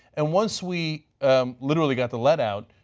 and once we literally got the lead out,